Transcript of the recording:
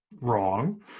wrong